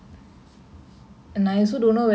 how do you find the work life balance